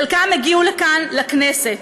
חלקם הגיעו לכאן, לכנסת,